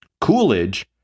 Coolidge